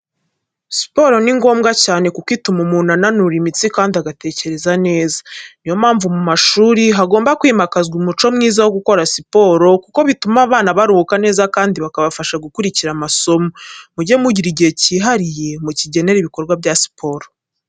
Siporo ni ngombwa cyane kuko ituma umuntu ananura imitsi kandi agatekereza neza. Niyo mpamvu mu mashuri hagomba kwimakazwa umuco mwiza wo gukora siporo kuko bituma abana baruhuka neza kandi bakabafasha gukurikira amasomo. Mujye mugira igihe cyihariye mukigenere ibikorwa bya siporo.